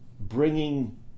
bringing